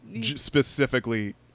specifically